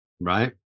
right